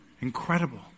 Incredible